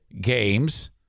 games